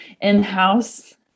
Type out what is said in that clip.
in-house